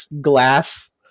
glass